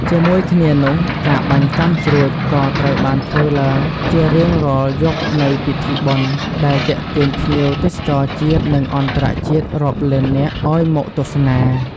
ជាមួយគ្នានោះ ការបាញ់កាំជ្រួចក៏ត្រូវបានធ្វើឡើងជារៀងរាល់យប់នៃពិធីបុណ្យ ដែលទាក់ទាញភ្ញៀវទេសចរជាតិ និងអន្តរជាតិរាប់លាននាក់ឲ្យមកទស្សនា។